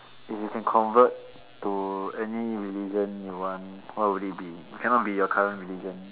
if you can convert to any religion you want what will it be cannot be your current religion